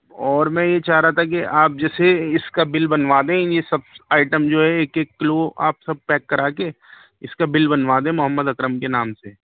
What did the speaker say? اور میں یہ چاہ رہا تھا کہ آپ جیسے اس کا بل بنوا دیں یہ سب آئٹم جو ہے ایک ایک کلو آپ سب پیک کرا کے اس کا بل بنوا دیں محمد اکرم کے نام سے